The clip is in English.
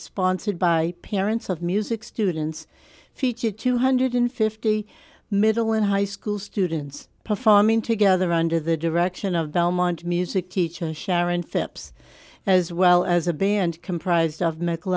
sponsored by parents of music students featured two hundred fifty middle and high school students performing together under the direction of belmont music teacher sharon phipps as well as a band comprised of m